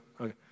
okay